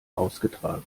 ausgetragen